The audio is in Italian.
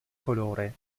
colore